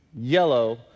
yellow